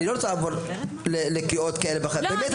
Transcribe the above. אני לא רוצה לעבור לקריאות כאלה ואחרות --- לא,